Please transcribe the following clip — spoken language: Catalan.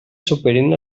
superin